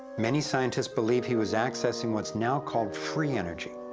many scientists believe he was accessing what's now called free energy.